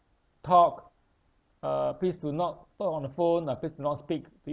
talk uh please do not talk on the phone or please do not speak to